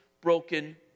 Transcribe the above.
broken